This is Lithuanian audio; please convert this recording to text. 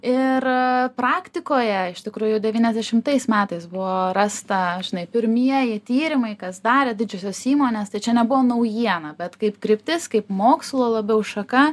ir praktikoje iš tikrųjų jau devyniasdešimtais metais buvo rasta žinai pirmieji tyrimai kas darė didžiosios įmonės tai čia nebuvo naujiena bet kaip kryptis kaip mokslo labiau šaka